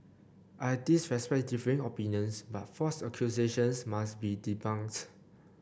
I respect differing opinions but false accusations must be debunked